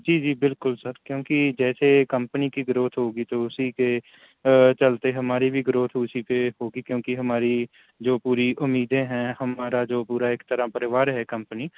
جی جی بالکل سر کیونکہ جیسے کمپنی کی گروتھ ہوگی تو اسی کے چلتے ہماری بھی گروتھ اسی پہ ہوگی کیونکہ ہماری جو پوری اُمّیدیں ہیں ہمارا جو پورا ایک طرح پریوار ہے کمپنی